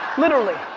literally.